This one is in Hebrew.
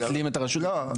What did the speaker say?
לא,